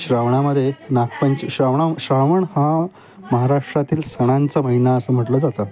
श्रावणामधे नागपंच श्रावणा श्रावण हा महाराष्ट्रातील सणांचा महिना असं म्हटलं जातं